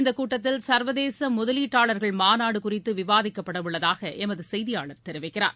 இந்த கூட்டத்தில் சர்வதேச முதலீட்டாளர்கள் மாநாடு குறித்து விவாதிக்கப்பட உள்ளதாக எமது செய்தியாளர் தெரிவிக்கிறார்